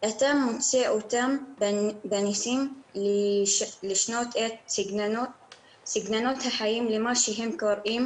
ואתה מוצא אותם מנסים לשנות את סגנון החיים למה שהם קוראים